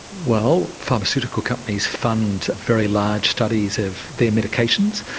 well, pharmaceutical companies fund very large studies of their medications.